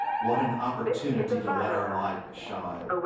what an opportunity to let our light shine.